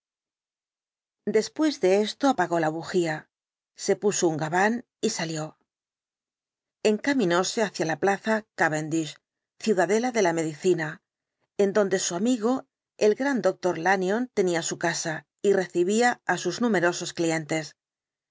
después de esto apagó la bujía se puso un gabán y salió encaminóse hacia la plaza cavendish ciudadela de la medicina en donde su amigo el gran doctor lanyón tenía su casa y recibía á sus numerosos clientes